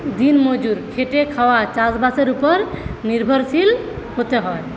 দিনমজুর খেটে খাওয়া চাষবাসের ওপর নির্ভরশীল হতে হয়